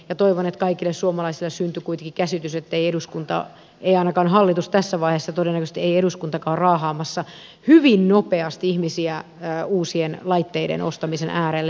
toivon että kaikille suomalaisille syntyi kuitenkin käsitys ettei eduskunta ei ainakaan hallitus tässä vaiheessa todennäköisesti ei eduskuntakaan ole raahaamassa hyvin nopeasti ihmisiä uusien laitteiden ostamisen äärelle